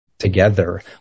together